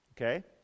Okay